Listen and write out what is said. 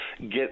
get